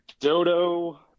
Dodo